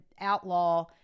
outlaw